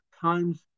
times